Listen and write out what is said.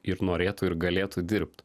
ir norėtų ir galėtų dirbt